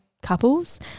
couples